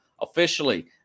officially